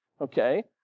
Okay